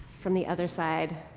from the other side.